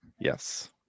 Yes